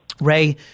Ray